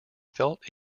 felt